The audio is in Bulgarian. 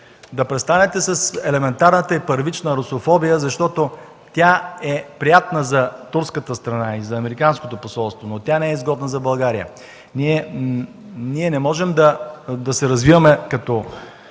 да престанете с елементарната и първична русофобия, защото тя е приятна за турската страна и за американското посолство, но тя не е изгодна за България. Ние не можем да се развиваме като